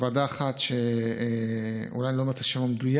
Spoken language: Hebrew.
ועדה אחת, אולי אני לא אומר את השם המדויק